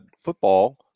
Football